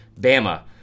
Bama